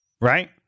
Right